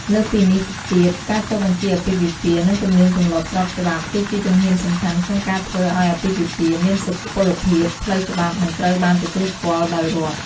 លើសពីនេះទៅទៀតការចុះបញ្ជីអាពាហ៍ពិពាហ៍និងទំនៀមទម្លាប់ស្របច្បាប់ គឺជាជំហានសំខាន់ក្នុងការធ្វើអោយអាពាហ៍ពិពាហ៍មានសុពលភាព ផ្លូវច្បាប់ និងត្រូវបានទទួលស្គាល់ ដោយរដ្ឋ។